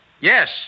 Yes